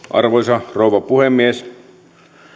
arvoisa rouva puhemies